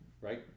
Right